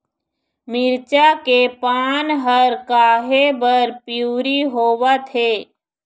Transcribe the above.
मिरचा के पान हर काहे बर पिवरी होवथे?